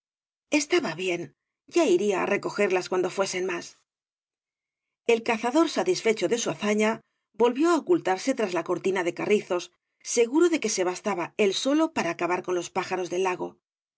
estaba bien ya iría á recogerlas cuando fuesen más el cazador satisfecho de su hazaña volvió ocultarse tras la cortina de carrizos seguro de que se bastaba él solo para acabar con los pájaros del lago